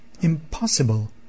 Impossible